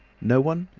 no one?